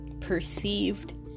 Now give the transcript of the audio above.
Perceived